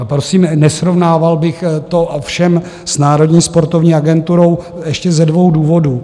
Prosím, nesrovnával bych to ovšem s Národní sportovní agenturou ještě ze dvou důvodů.